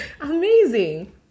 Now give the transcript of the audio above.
Amazing